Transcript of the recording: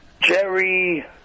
Jerry